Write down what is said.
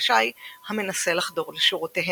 בסוציאליזם ובאנרכיזם.